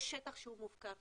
יש שטח מופקר,